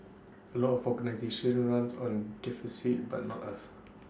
A lot of organisations runs on deficits but not us